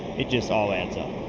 it just all adds up.